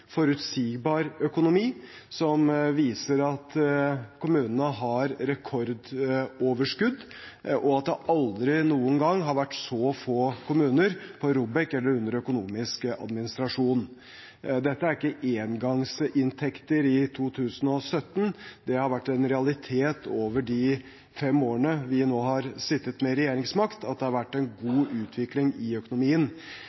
forutsigbar økonomi, som viser at kommunene har rekordoverskudd, og at det aldri noen gang har vært så få kommuner på ROBEK-listen, under økonomisk administrasjon. Dette er ikke engangsinntekter i 2017. Det har vært en realitet over de fem årene vi har sittet med regjeringsmakt, at det har vært